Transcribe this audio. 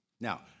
Now